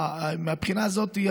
מהבחינה הזאת,